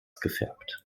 gefärbt